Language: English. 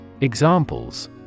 Examples